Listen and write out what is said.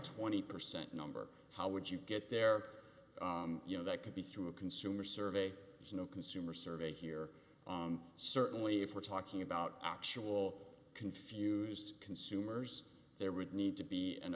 twenty percent number how would you get there you know that to be true a consumer survey is no consumer survey here certainly if we're talking about actual confused consumers there would need to be an